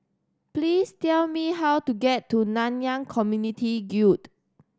please tell me how to get to Nanyang Khek Community Guild